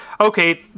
okay